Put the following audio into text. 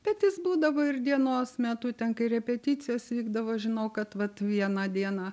bet jis būdavo ir dienos metu ten kai repeticijos vykdavo žinau kad vat vieną dieną